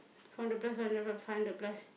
four hundred plus f~ five hundred plus